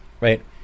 right